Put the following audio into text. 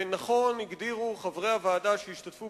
ונכון הגדירו חברי הוועדה שהשתתפו